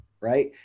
Right